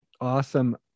Awesome